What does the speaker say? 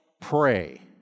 pray